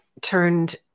turned